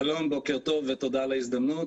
שלום, בוקר טוב, ותודה על ההזדמנות.